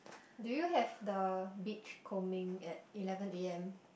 do you have the beach combing at eleven A_M